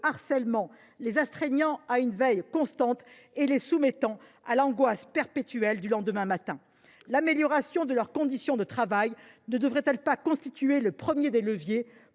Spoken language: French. harcèlement, les astreignant à une veille constante et les soumettant à l’angoisse perpétuelle du lendemain matin ? L’amélioration de leurs conditions de travail ne devrait elle pas constituer le premier des leviers